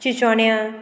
चिचोण्या